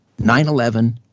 9-11